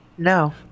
No